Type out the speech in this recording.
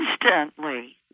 Instantly